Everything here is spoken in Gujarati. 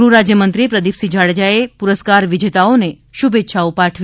ગૃહ રાજ્યમંત્રી પ્રદીપસિંહ જાડેજાએ પુરસ્કાર વિજેતાઓન શુભાછાઓ પાઠવી